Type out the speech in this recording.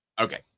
Okay